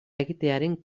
egitearen